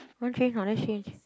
want change or not let's change